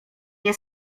nie